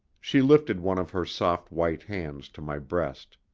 she lifted one of her soft white hands to my breast.